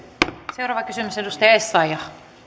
seuraava kysymys edustaja essayah